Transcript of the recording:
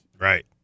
Right